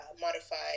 modified